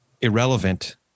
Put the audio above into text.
irrelevant